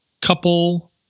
couple